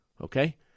okay